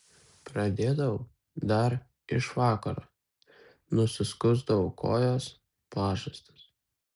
pradėdavau dar iš vakaro nusiskusdavau kojas pažastis